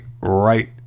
right